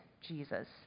Jesus